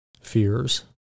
fears